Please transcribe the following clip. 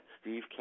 Steve